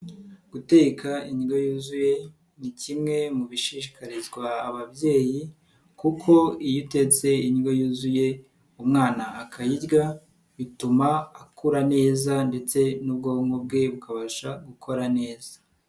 Guteka indyo yuzuye ni kimwe mu bishishikarizwa ababyeyi kuko iyo utetse indyo yuzuye umwana akayirya bituma akura neza ndetse n'ubwonko bwe bukabasha gukora neza.